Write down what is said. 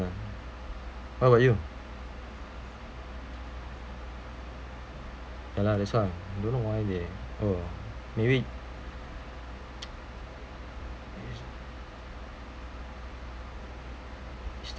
how about you ya lah that's why don't know why they oh maybe